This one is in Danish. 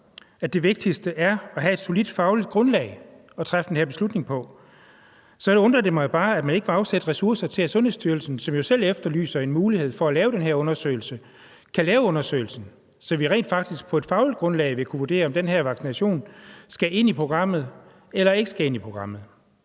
at det vigtigste er at have et solidt fagligt grundlag at træffe den her beslutning på. Så undrer det mig jo bare, at man ikke vil afsætte ressourcer til, at Sundhedsstyrelsen, som selv efterlyser en mulighed for at lave den her undersøgelse, kan lave undersøgelsen, så vi rent faktisk på et fagligt grundlag vil kunne vurdere, om den her vaccination skal ind i programmet eller ikke skal ind i programmet.